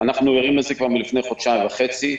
אנחנו ערים לזה כבר מלפני חודשיים וחצי.